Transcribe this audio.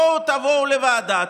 תבואו לוועדה,